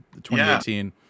2018